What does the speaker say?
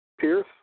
Pierce